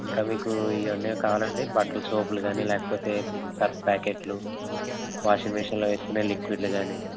ఇంకా మీకు ఇవి ఉన్నాయి కావాలాండి బట్టల సోపులు కానీ లేకపోతే సర్ప్ ప్యాకెట్లు వాషింగ్మిషన్లో వేసుకునే లిక్విడ్లు కానీ